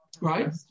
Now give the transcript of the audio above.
Right